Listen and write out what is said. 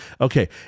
okay